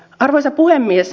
arvoisa puhemies